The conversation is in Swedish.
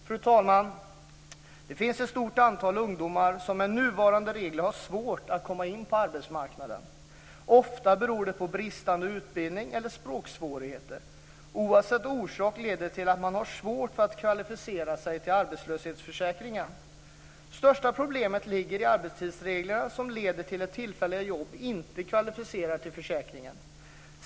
Fru talman! Det finns ett stort antal ungdomar som med nuvarande regler har svårt att komma in på arbetsmarknaden. Ofta beror det på bristande utbildning eller språksvårigheter. Oavsett orsak leder det till att man har svårt att kvalificera sig till arbetslöshetsförsäkringen. Största problemet ligger i arbetstidsreglerna, som leder till att tillfälliga jobb inte kvalificerar till försäkringen.